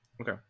okay